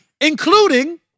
including